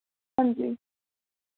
हांजी